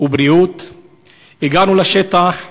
הגענו לשטח.